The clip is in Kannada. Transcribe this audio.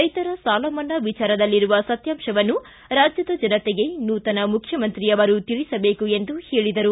ರೈತರ ಸಾಲಮನ್ನಾ ವಿಚಾರದಲ್ಲಿರುವ ಸತ್ಯಾಂಶವನ್ನು ರಾಜ್ಯದ ಜನತೆಗೆ ನೂತನ ಮುಖ್ಯಮಂತ್ರಿಯವರು ತಿಳಿಸಬೇಕು ಎಂದರು